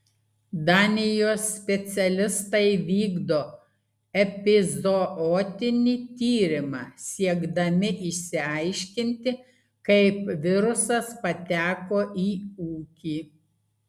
danijos specialistai vykdo epizootinį tyrimą siekdami išsiaiškinti kaip virusas pateko į ūkį